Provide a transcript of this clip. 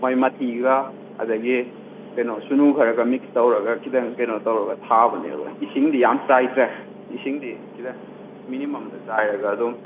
ꯃꯥꯏ ꯃꯊꯤꯒ ꯑꯗꯒꯤ ꯀꯩꯅꯣ ꯁꯨꯅꯨ ꯈꯔꯒ ꯃꯤꯛꯁ ꯇꯧꯔꯒ ꯈꯤꯇꯪ ꯀꯩꯅꯣ ꯇꯧꯔꯒ ꯊꯥꯕꯅꯦꯕ ꯏꯁꯤꯡꯗꯤ ꯌꯥꯝ ꯆꯥꯏꯗ꯭ꯔꯦ ꯏꯁꯤꯡꯗꯤ ꯈꯤꯇꯪ ꯃꯤꯅꯤꯃꯝꯗ ꯆꯥꯏꯔꯒ ꯑꯗꯨꯝ